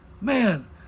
Man